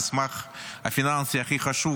המסמך הפיננסי הכי חשוב